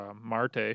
Marte